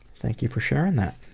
thank you for sharing that!